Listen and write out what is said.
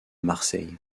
marseille